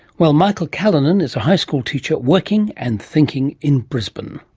well, michael callanan is a high school teacher working and thinking in brisbane.